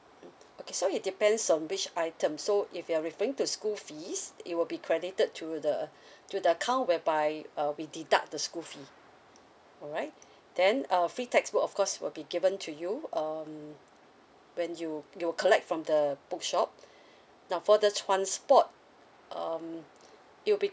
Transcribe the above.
okay so it depends on which item so if you are referring to school fees it will be credited to the to the account whereby uh we deduct the school fee alright then ah free textbook of course will be given to you um when you you collect from the bookshop now for the transport um you'll be